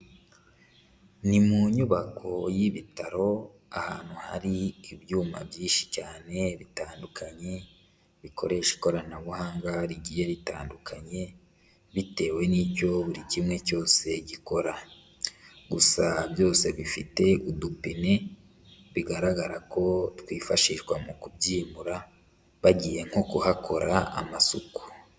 Ni mu nyubako y'ibitaro ahantu hari ibyuma byinshi cyane bitandukanye bikoresha ikoranabuhanga rigiye ritandukanye bitewe n'icyo buri kimwe cyose gikora, gusa byose bifite udupine bigaragara ko twifashishwa mu kubyimura, bagiye nko kuhakora amasuku.